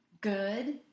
good